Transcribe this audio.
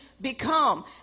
become